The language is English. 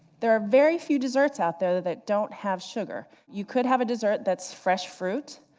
there are very few deserts out there that don't have sugar. you could have a desert that's fresh fruit,